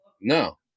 No